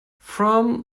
from